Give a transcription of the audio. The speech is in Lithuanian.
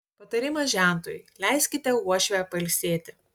patarimas žentui leiskite uošvę pailsėti